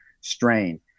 strain